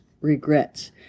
Regrets